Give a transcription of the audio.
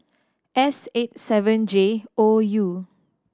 S eight seven J O U